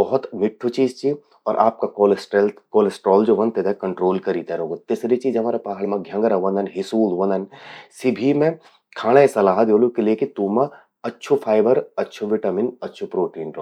बहुत मिठ्ठु चीज चि। आपो कोलेस्ट्रॉल ज्वो ह्वंद, तेते कंटोल करी ते रौखद। तिसरी चीज हमरा पहाड़ में घ्यंघरा व्हंदन, हिसूल ह्वंदन, सी भी मैं खाणे सलाह द्योलु किले के तूमां अच्छू फाइबर, अच्छू विटामिन, अच्छू प्रोटीन रौंद।